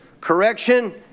correction